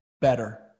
better